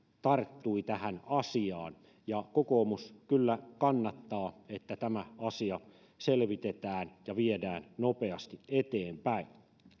tarttui tähän asiaan ja kokoomus kyllä kannattaa että tämä asia selvitetään ja viedään nopeasti eteenpäin